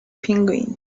penguin